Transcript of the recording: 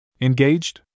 Engaged